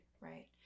right